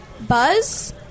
Buzz